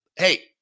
Hey